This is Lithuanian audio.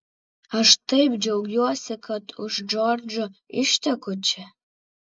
aš taip džiaugiuosi kad už džordžo išteku čia